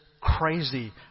crazy